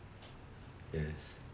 yes